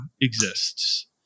exists